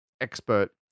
expert